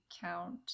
count